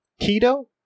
Keto